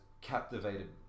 captivated